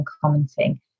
commenting